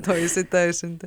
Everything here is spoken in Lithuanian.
to įsiteisinti